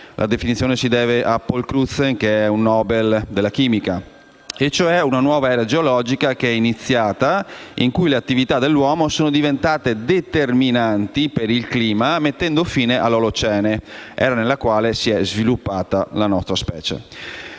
(la definizione si deve al Paul Crutzen, Nobel della chimica), e cioè una nuova era geologica in cui le attività dell'uomo sono diventate determinanti per il clima mettendo fine all'Olocene, era nella quale si è sviluppata la nostra specie.